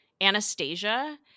Anastasia